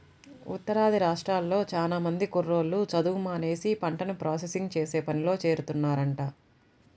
ఉత్తరాది రాష్ట్రాల్లో చానా మంది కుర్రోళ్ళు చదువు మానేసి పంటను ప్రాసెసింగ్ చేసే పనిలో చేరుతున్నారంట